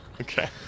Okay